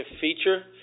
feature